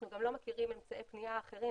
אנחנו לא מכירים אמצעי פניה אחרים,